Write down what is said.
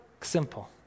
simple